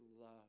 love